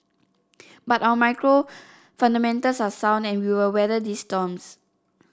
but our macro fundamentals are sound and we will weather these storms